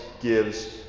gives